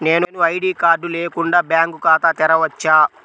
నేను ID card లేకుండా bank ఖాతా తెరవచ్చా?